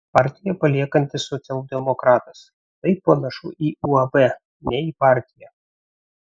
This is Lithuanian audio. partiją paliekantis socialdemokratas tai panašu į uab ne į partiją